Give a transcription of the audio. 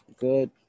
good